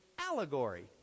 Allegory